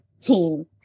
team